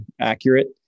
accurate